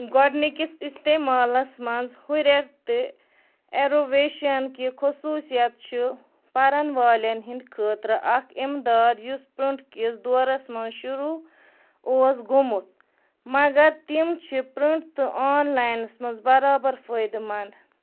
گۄڈٕنِکِس اِستعمالس منٛز ہُرٮ۪ر تہِ ایروویشَن کہِ خصوٗصیت چھُ پرن والٮ۪ن ہِنٛدۍ خٲطرٕ اکھ اِمداد یُس پٕرٛنٛٹ کِس دورس منٛز شُروٗع اوس گوٚمُت مگر تِم چھِ پٕرٛنٛٹ تہٕ آن لاینَس منٛز برابر فٲیدٕ منٛد